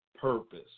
purpose